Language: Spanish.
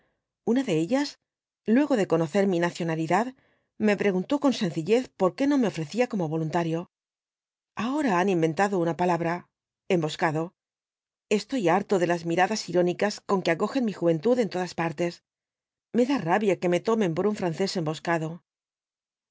una de ellas luego de conocer mi nacionalidad rae preguntó con sencillez por qué no me ofrecía como voluntario ahora han inventado una palabra emboscado estoy harto de las miradas irónicas con que acogen mi juventud en todas partes me da rabia que me tomen por un francés emboscado